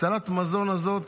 הצלת המזון הזאת,